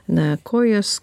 na kojos